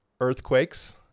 earthquakes